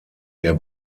der